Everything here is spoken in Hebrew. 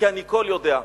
כי אני כול יודע.